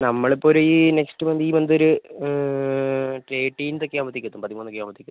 നമ്മളിപ്പോൾ ഒരു ഈ നെക്സ്റ്റ് മന്ത് ഈ മന്തൊരു തെർറ്റീൻത് ഒക്കെയാകുമ്പോഴത്തേക്ക് എത്തും പതിമൂന്നൊക്കെ ആകുമ്പോഴാത്തേക്ക് എത്തും